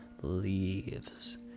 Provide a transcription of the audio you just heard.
leaves